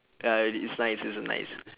ya I did it's nice it's a nice